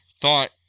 thought